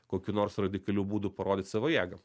kokių nors radikalių būdų parodyt savo jėgą